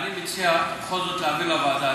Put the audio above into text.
אני מציע בכל זאת להעביר לוועדה.